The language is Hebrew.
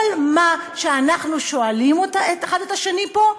כל מה שאנחנו שואלים אחד את השני פה,